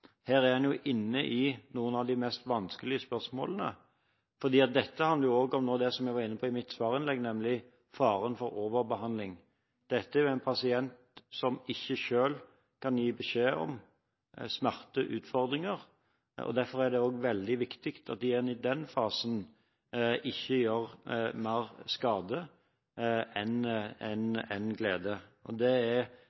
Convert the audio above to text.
Her er man inne i noen av de mest vanskelige spørsmålene, for dette handler om, som jeg også var inne på i mitt svarinnlegg, faren for overbehandling. Dette er jo en pasient som ikke selv kan gi beskjed om smerteutfordringer. Derfor er det også veldig viktig at en i den fasen ikke gjør mer skade enn